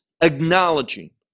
acknowledging